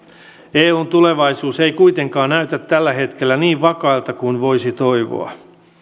eun tulevaisuus ei kuitenkaan näytä tällä hetkellä niin vakaalta kuin voisi toivoa